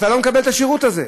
אתה לא מקבל את השירות הזה.